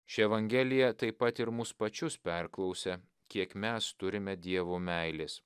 ši evangelija taip pat ir mus pačius perklausia kiek mes turime dievo meilės